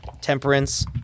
temperance